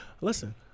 Listen